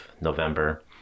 November